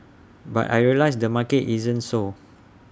but I realised the market isn't so